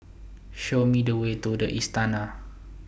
Show Me The Way to The Istana